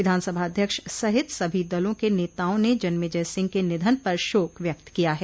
विधानसभा अध्यक्ष सहित सभी दलों के नेताओं ने जन्मेजय सिंह के निधन पर शोक व्यक्त किया है